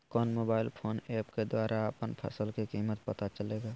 कौन mobile phone app के द्वारा अपन फसल के कीमत पता चलेगा?